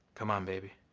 come on, baby.